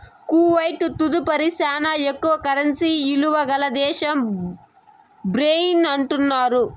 Kuwait తదుపరి శానా ఎక్కువ కరెన్సీ ఇలువ గల దేశం బహ్రెయిన్ అంటున్నారు